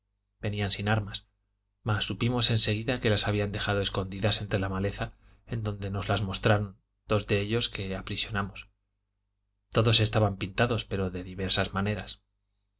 venían sin armas mas supimos en seguida que las habían dejado escondidas entre la maleza en donde nos las mostraron dos de ellos que aprisionamos todos estaban pintados pero de diversas maneras